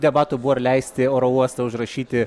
debatų buvo ar leisti oro uostą užrašyti